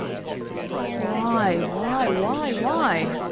why, why, why, why?